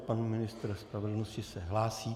Pan ministr spravedlnosti se hlásí.